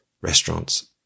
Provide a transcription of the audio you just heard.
restaurants